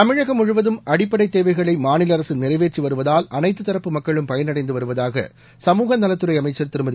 தமிழகம் முழுவதும் அடிப்படைத் தேவைகளை மாநில அரசு நிறைவேற்றி வருவதால் அனைத்து தரப்பு மக்களும் பயனடைந்து வருவதாக சமூகநலத்துறை அமைச்சர் திருமதி